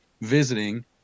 visiting